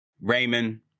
Raymond